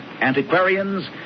antiquarians